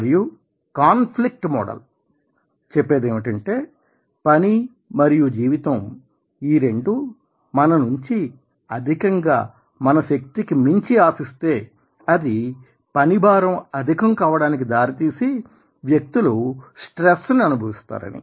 మరియు conflict model చెప్పేదేమిటంటే పని మరియు జీవితం ఈ రెండూ మన నుంచి అధికంగా మన శక్తికి మించి ఆశిస్తే అది పని భారం అధికం కావడానికి దారితీసి వ్యక్తులు స్ట్రెస్ ని అనుభవిస్తారు అని